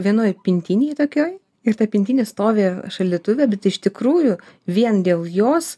vienoj pintinėj tokioj ir ta pintinė stovi šaldytuve bet iš tikrųjų vien dėl jos